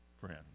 friend